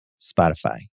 Spotify